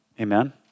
Amen